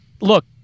Look